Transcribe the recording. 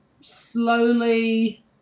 slowly